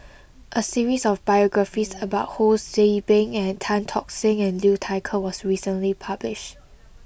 a series of biographies about Ho See Beng and Tan Tock Seng and Liu Thai Ker was recently published